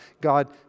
God